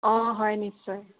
অঁ হয় নিশ্চয়